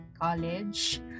college